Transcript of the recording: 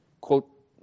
quote